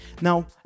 now